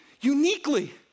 uniquely